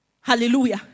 Hallelujah